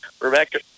Rebecca